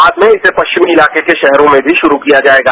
बाद में इसे पश्चिमी इलाके के राहरों में भी शुरू किया जाएगा